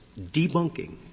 debunking